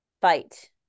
fight